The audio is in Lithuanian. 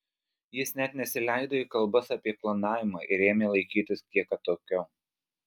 jis net nesileido į kalbas apie klonavimą ir ėmė laikytis kiek atokiau